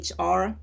HR